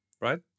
right